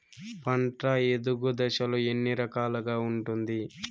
పంట ఎదుగు దశలు ఎన్ని రకాలుగా ఉంటుంది?